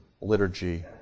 liturgy